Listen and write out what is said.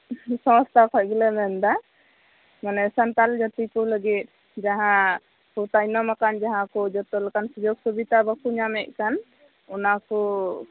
ᱥᱚᱝᱥᱛᱷᱟ ᱠᱷᱚᱡ ᱜᱮᱞᱮ ᱢᱮᱱ ᱮᱫᱟ ᱢᱟᱱᱮ ᱥᱟᱱᱛᱟᱞ ᱡᱟᱛᱤ ᱠᱚ ᱞᱟᱹᱜᱤᱫ ᱡᱟᱦᱟᱸ ᱠᱚ ᱛᱟᱭᱱᱚᱢ ᱟᱠᱟᱱ ᱠᱚ ᱡᱚᱛᱚ ᱞᱮᱠᱟᱱ ᱥᱩᱡᱳᱜᱽ ᱥᱩᱵᱤᱛᱟ ᱵᱟᱠᱚ ᱧᱟᱢᱮᱫ ᱠᱟᱱ ᱚᱱᱟ ᱠᱚ